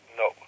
no